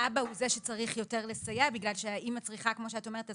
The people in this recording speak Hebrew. האבא הוא זה שצריך יותר לסייע בגלל שהאימא צריכה להתאושש.